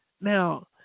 now